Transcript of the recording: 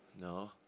No